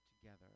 together